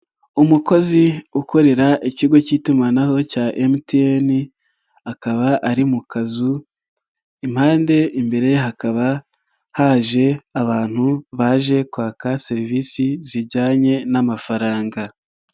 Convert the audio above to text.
Umukozi ukorera ikigo k'itumanaho cya MTN akaba ari mu kazu, impande imbere ye hakaba haje abantu baje kwaka serivisi zijyanye n'amafaranga.